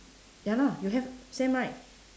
ya lah you have same right